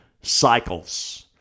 Cycles